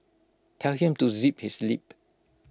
tell him to zip his lip